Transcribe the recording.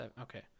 Okay